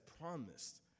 promised